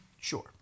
Sure